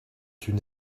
une